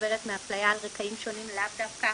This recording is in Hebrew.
שסובלת מאפליה על רקעים שונים, לאו דווקא